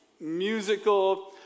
musical